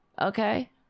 Okay